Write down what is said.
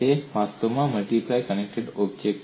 તે વાસ્તવમાં multiply connected object છે